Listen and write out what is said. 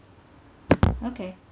okay